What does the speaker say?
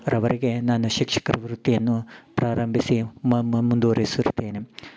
ರವರೆಗೆ ನಾನು ಶಿಕ್ಷಕ ವೃತ್ತಿಯನ್ನು ಪ್ರಾರಂಭಿಸಿ ಮುಂದುವರೆಸಿರುತ್ತೇನೆ